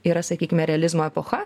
yra sakykime realizmo epocha